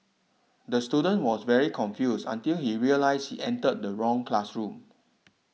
the student was very confused until he realised he entered the wrong classroom